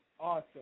Awesome